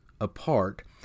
apart